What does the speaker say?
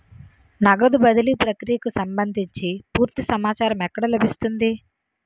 నగదు బదిలీ ప్రక్రియకు సంభందించి పూర్తి సమాచారం ఎక్కడ లభిస్తుంది?